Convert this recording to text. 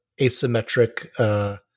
asymmetric